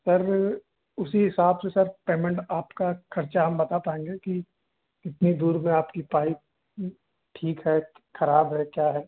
sir उसी हिसाब से सर पेमेंट आपका खर्चा हम बता पाएंगे क्योंकि कितने दूर में आपकी पाइप ठीक है खराब है क्या है